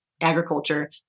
agriculture